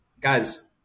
guys